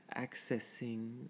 accessing